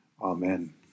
Amen